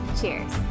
cheers